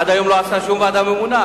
עד היום הוא לא מינה שום ועדה ממונה,